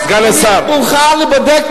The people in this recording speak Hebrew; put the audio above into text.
אני מוכן להיבדק,